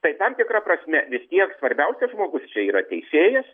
tai tam tikra prasme vistiek svarbiausias žmogus čia yra teisėjas